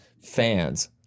fans